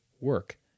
work